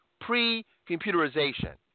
pre-computerization